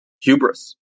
hubris